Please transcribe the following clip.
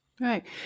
Right